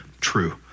true